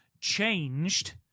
changed